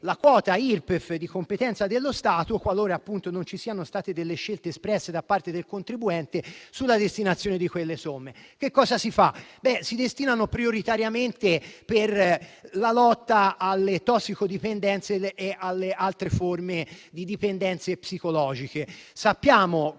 la quota Irpef di competenza dello Stato qualora non ci siano state delle scelte espresse da parte del contribuente sulla destinazione di quelle somme. Che cosa si fa? Si destinano prioritariamente per la lotta alle tossicodipendenze e alle altre forme di dipendenze psicologiche. Sappiamo